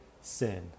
sin